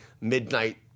midnight